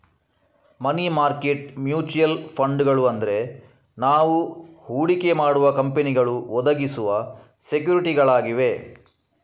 ಮನಿ market mutual ಫಂಡುಗಳು ಅಂದ್ರೆ ನಾವು ಹೂಡಿಕೆ ಮಾಡುವ ಕಂಪನಿಗಳು ಒದಗಿಸುವ ಸೆಕ್ಯೂರಿಟಿಗಳಾಗಿವೆ